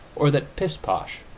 or that pishposh,